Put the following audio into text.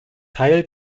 teil